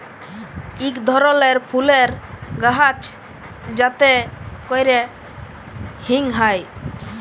ইক ধরলের ফুলের গাহাচ যাতে ক্যরে হিং হ্যয়